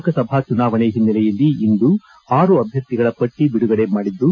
ಲೋಕಸಭಾ ಚುನಾವಣೆ ಹಿನ್ನೆಲೆಯಲ್ಲಿ ಇಂದು ಆರು ಅಭ್ಯರ್ಥಿಗಳ ಪಟ್ಟಿ ಬಿಡುಗಡೆ ಮಾಡಿದ್ದು